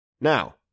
Now